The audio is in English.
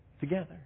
together